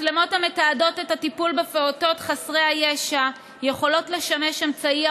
מצלמות המתעדות את הטיפול בפעוטות חסרי הישע יכולות לשמש אמצעי